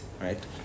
right